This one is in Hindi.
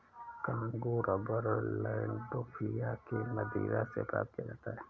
कांगो रबर लैंडोल्फिया की मदिरा से प्राप्त किया जाता है